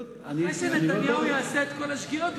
אחרי שנתניהו יעשה את כל השגיאות,